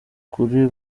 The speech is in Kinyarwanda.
kuri